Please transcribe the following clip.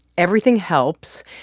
everything helps.